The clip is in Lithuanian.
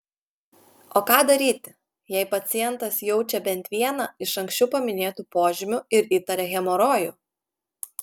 o ką daryti jei pacientas jaučia bent vieną iš anksčiau paminėtų požymių ir įtaria hemorojų